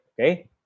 okay